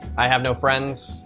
i have no friends.